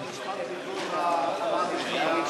מאז המשט הוא שומע רק את הים באוזניים,